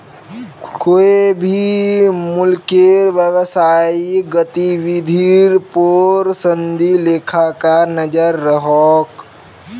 कोए भी मुल्केर व्यवसायिक गतिविधिर पोर संदी लेखाकार नज़र रखोह